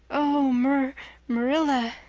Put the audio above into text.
oh, mar marilla,